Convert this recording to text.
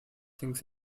things